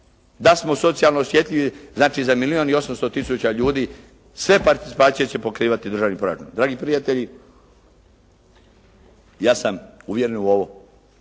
Da smo socijalno osjetljivi znači za milijun i 800 tisuća ljudi sve participacije će pokrivati državni proračun. Dragi prijatelji ja sam uvjeren u ovo,